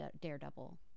Daredevil